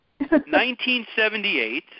1978